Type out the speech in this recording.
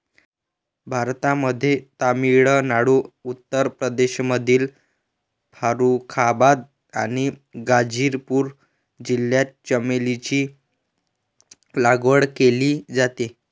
भारतामध्ये तामिळनाडू, उत्तर प्रदेशमधील फारुखाबाद आणि गाझीपूर जिल्ह्यात चमेलीची लागवड केली जाते